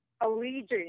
allegiance